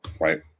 right